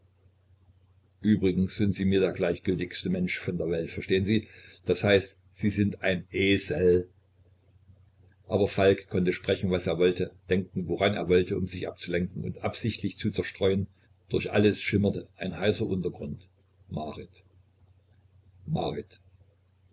übrigens sind sie mir der gleichgültigste mensch von der welt verstehen sie das heißt sie sind ein esel aber falk konnte sprechen was er wollte denken woran er wollte um sich abzulenken und absichtlich zu zerstreuen durch alles schimmerte ein heißer untergrund marit marit